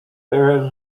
there